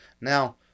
Now